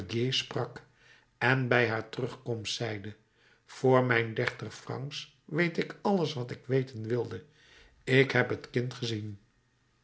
en bij haar terugkomst zeide voor mijn dertig francs weet ik alles wat ik weten wilde ik heb het kind gezien